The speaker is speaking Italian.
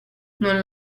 non